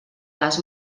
les